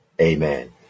amen